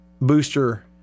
booster